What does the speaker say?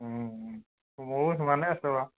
মোৰো সিমানেই আছে বাৰু